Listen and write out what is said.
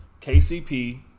KCP